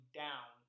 down